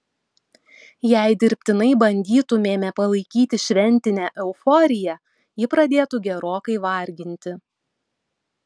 jei dirbtinai bandytumėme palaikyti šventinę euforiją ji pradėtų gerokai varginti